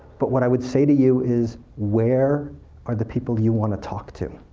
but what i would say to you is where are the people you want to talk to